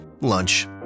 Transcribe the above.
Lunch